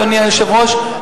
אדוני היושב-ראש,